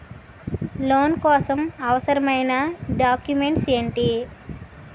Loan కోసం అవసరమైన documents ఎంటి?